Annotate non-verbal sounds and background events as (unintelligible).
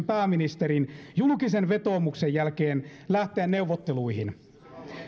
(unintelligible) pääministerin julkisen vetoomuksen jälkeen lähteä neuvotteluihin